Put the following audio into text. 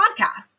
podcast